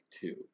two